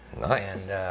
nice